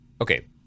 Okay